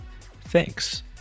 Thanks